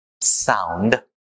sound